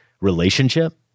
relationship